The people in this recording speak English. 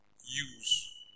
use